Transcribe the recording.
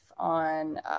on